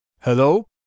Hello